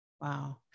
Wow